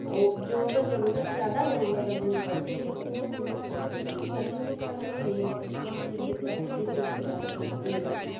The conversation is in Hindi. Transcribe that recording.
और जो अगर ज़रूरत ज़्यादा ज़रूरत अर्जेंट पड़ती है तो वह हम लोग करते हैं पहले इतनी पढ़ाई भी नहीं होती थी एक दो क्लास होती थी उससे ज़्यादा भी होती नहीं थीं